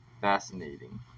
fascinating